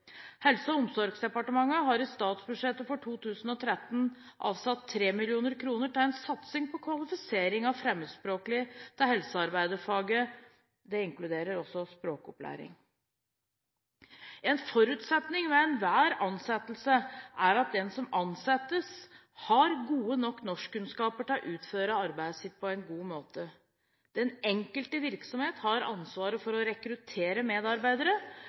Helse- og omsorgsdepartementet har i statsbudsjettet for 2013 avsatt 3 mill. kr til en satsing på kvalifisering av fremmedspråklige til helsearbeiderfaget – det inkluderer også språkopplæring. En forutsetning ved enhver ansettelse er at den som ansettes, har gode nok norskkunnskaper til å kunne utføre arbeidet sitt på en god måte. Den enkelte virksomhet har ansvaret for å rekruttere medarbeidere